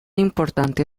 importante